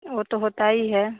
वह तो होता ही है